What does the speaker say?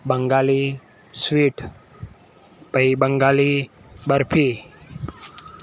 Bengali sweet પછી બંગાળી બરફી